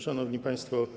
Szanowni Państwo!